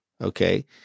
okay